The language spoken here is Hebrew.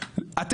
"(טו)